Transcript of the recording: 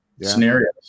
scenarios